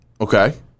Okay